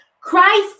Christ